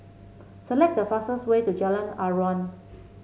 select the fastest way to Jalan Aruan